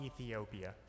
Ethiopia